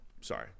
Sorry